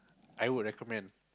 I would recommend